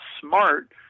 smart